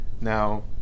Now